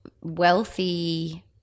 wealthy